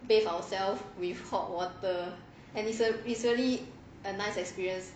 bathe ourself with hot water and it's a really a nice experience